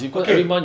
okay